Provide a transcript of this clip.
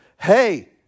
hey